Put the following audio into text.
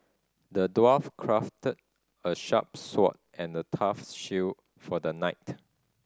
the dwarf crafted a sharp sword and a tough shield for the knight